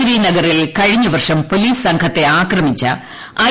ശ്രീനഗറിൽ കഴിഞ്ഞവർഷം പൊലീസ് സംഘത്തെ ആക്രമിച്ചു ഐ